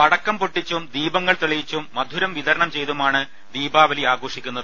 പടക്കം പൊട്ടിച്ചും ദീപങ്ങൾ തെളിയിച്ചും മധുരം വിതരണം ചെയ്തുമാണ് ദീപാ വലി ആഘോഷിക്കുന്നത്